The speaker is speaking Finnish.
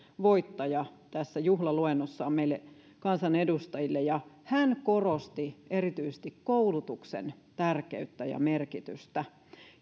voittaja tässä juhlaluennossaan meille kansanedustajille hän korosti erityisesti koulutuksen tärkeyttä ja merkitystä